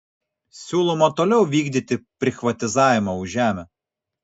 siūloma toliau vykdyti prichvatizavimą už žemę